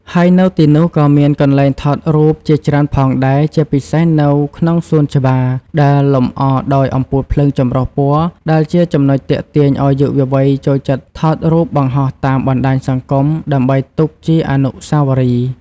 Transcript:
ហើយនៅទីនោះក៏មានកន្លែងថតរូបជាច្រើនផងដែរ ជាពិសេសនៅក្នុងសួនច្បារដែលលម្អដោយអំពូលភ្លើងចម្រុះពណ៌ ដែលជាចំណុចទាក់ទាញឱ្យយុវវ័យចូលចិត្តថតរូបបង្ហោះតាមបណ្ដាញសង្គមដើម្បីទុកជាអនុស្សាវរីយ៍។